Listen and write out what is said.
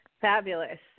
Fabulous